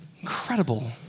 incredible